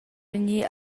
vegnir